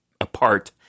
apart